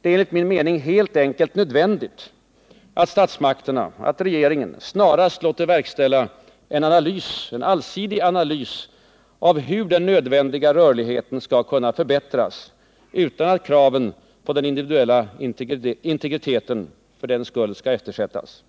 Det är enligt min mening helt enkelt nödvändigt att regeringen snarast låter verkställa en allsidig analys av hur den nödvändiga rörligheten skall kunna förbättras utan att kraven på den individuella integriteten för den skull eftersätts.